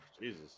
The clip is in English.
Jesus